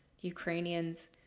Ukrainians